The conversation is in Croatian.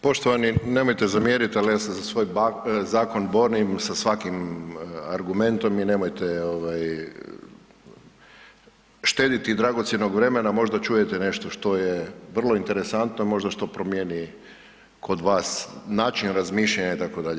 Poštovani, nemojte zamjerit, al ja se za svoj zakon borim sa svakim argumentom i nemojte ovaj štediti dragocjenog vremena, možda čujete nešto što je vrlo interesantno, možda što promijeni kod vas način razmišljanja itd.